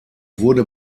wurde